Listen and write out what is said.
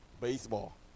baseball